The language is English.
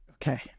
Okay